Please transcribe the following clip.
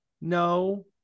No